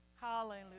Hallelujah